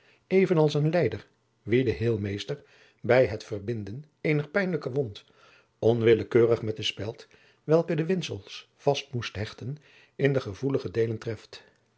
als een lijder wien de heelmeester bij het verbinden eener pijnlijke wond onwillekeurig met de speld welke de windsels vast moest hechten in de gevoelige deelen treft